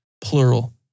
Plural